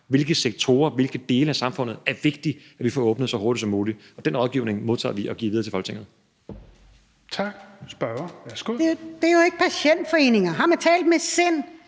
hvilke sektorer og hvilke dele af samfundet det er vigtigt, at vi får åbnet så hurtigt som muligt? Den rådgivning modtager vi og giver videre til Folketinget.